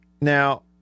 Now